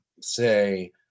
say